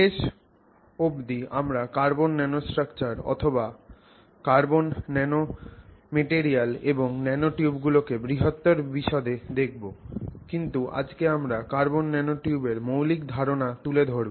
শেষ অবধি আমরা কার্বন ন্যানোস্ট্রাকচার অথবা কার্বন ন্যানোম্যাটেরিয়াল এবং ন্যানোটিউব গুলোকে বৃহত্তর বিশদে দেখব কিন্তু আজকে আমরা কার্বন ন্যানোটিউবের মৌলিক ধারণা তুলে ধরব